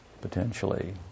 potentially